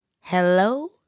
Hello